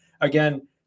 Again